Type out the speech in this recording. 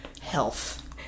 health